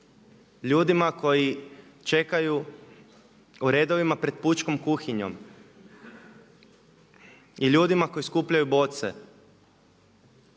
ljudima koji čekaju u redovima pred pučkom kuhinjom i ljudima koji skupljaju boce